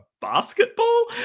basketball